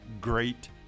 great